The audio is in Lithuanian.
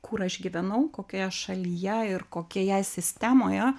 kur aš gyvenau kokioje šalyje ir kokioje sistemoje